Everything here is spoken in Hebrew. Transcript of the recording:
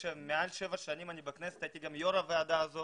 מעל שבע שנים בכנסת הייתי גם יושב ראש הוועדה הזאת